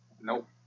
Nope